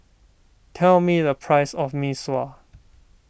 tell me the price of Mee Sua